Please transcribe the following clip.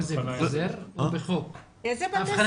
איזה בתי